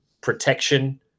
protection